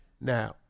Now